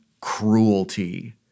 cruelty